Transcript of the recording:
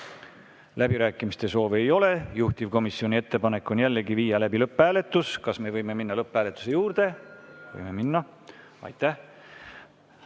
Läbirääkimiste soovi ei ole. Juhtivkomisjoni ettepanek on jällegi viia läbi lõpphääletus. Kas me võime minna lõpphääletuse juurde? Võime minna.